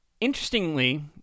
interestingly